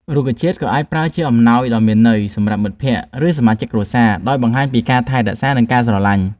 រុក្ខជាតិក៏អាចប្រើជាអំណោយដ៏មានន័យ សម្រាប់មិត្តភក្តិ ឬសមាជិកគ្រួសារ ដោយបង្ហាញពីការថែរក្សា និងការស្រឡាញ់។